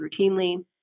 routinely